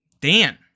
Dan